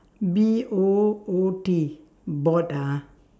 B O O T bot ah